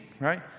right